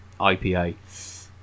IPA